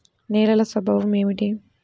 నేలల స్వభావం ఏమిటీ?